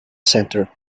center